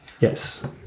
Yes